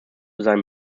seinem